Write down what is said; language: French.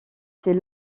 c’est